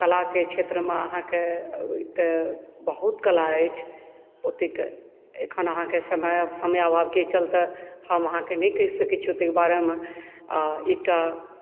कलाके क्षेत्र मे आहाँके बहुत कला अछि ओतेक एखन आहाँकेँ समय समयाभावके चलते हम आहाँकेँ नहि कहि सकैत छी ओतेक बारेमे आ एकटा